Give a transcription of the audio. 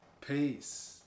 Peace